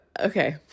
Okay